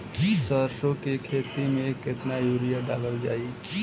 सरसों के खेती में केतना यूरिया डालल जाई?